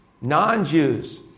non-Jews